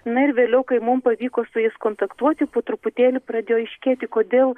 na ir vėliau kai mum pavyko su jais kontaktuoti po truputėlį pradėjo aiškėti kodėl